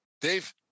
Dave